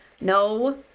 no